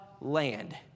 land